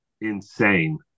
insane